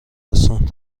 رسوند